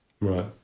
Right